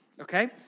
Okay